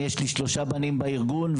יש לי שלושה בנים בארגון,